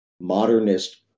modernist